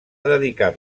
dedicat